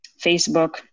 Facebook